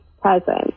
present